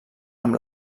amb